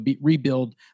rebuild